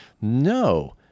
No